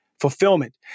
fulfillment